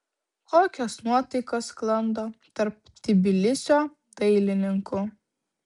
kokios nuotaikos sklando tarp tbilisio dailininkų